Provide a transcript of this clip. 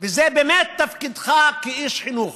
וזה באמת תפקידך כאיש חינוך